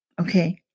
Okay